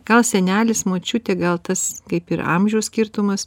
gal senelis močiutė gal tas kaip ir amžiaus skirtumas